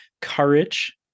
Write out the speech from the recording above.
courage